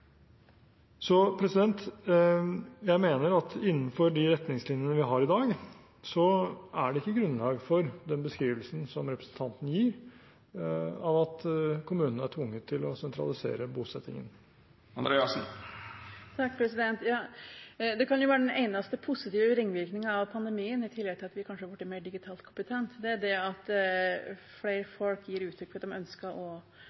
Jeg mener at innenfor de retningslinjene vi har i dag, er det ikke grunnlag for den beskrivelsen som representanten gir, at kommunene er tvunget til å sentralisere bosettingen. Det kan være den eneste positive ringvirkningen av pandemien – i tillegg til at vi kanskje har blitt mer digitialt kompetent – at flere folk gir uttrykk for at